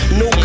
no